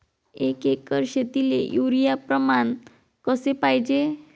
एक एकर शेतीले युरिया प्रमान कसे पाहिजे?